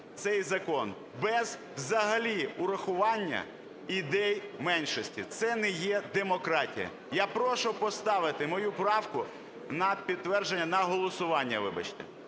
цей закон, без взагалі врахування ідей меншості. Це не є демократія. Я прошу поставити мою правку на підтвердження… на голосування, вибачте.